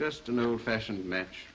just an old fashioned match